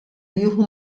jieħu